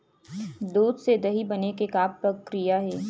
दूध से दही बने के का प्रक्रिया हे?